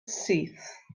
syth